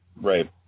right